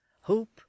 hope